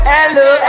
Hello